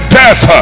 death